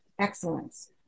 excellence